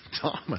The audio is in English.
Thomas